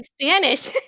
Spanish